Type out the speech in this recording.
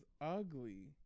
ugly